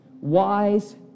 wise